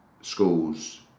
schools